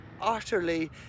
utterly